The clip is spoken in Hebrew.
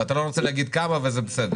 ואתה לא רוצה להגיד כמה וזה בסדר